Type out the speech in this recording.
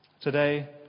Today